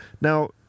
Now